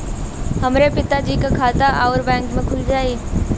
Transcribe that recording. हमरे पिता जी के खाता राउर बैंक में खुल जाई?